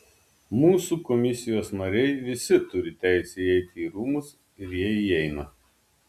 mūsų komisijos nariai visi turi teisę įeiti į rūmus ir jie įeina